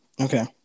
Okay